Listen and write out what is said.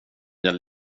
jag